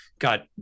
got